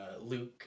Luke